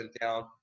down